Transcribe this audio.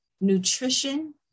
nutrition